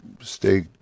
stay